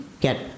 get